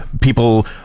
people